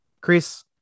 Chris